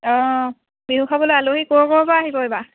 অঁ বিহু খাবলৈ আলহী ক'ৰ ক'ৰ পৰা আহিব এইবাৰ